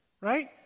right